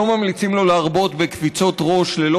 לא ממליצים לו להרבות בקפיצות ראש ללא